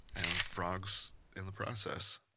and frogs, in the process.